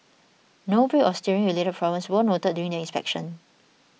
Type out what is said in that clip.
no brake or steering related problems were noted during the inspection